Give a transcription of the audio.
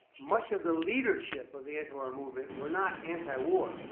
much of the leadership of the antiwar movement were not antiwar,